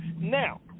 Now